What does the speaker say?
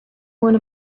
one